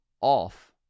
off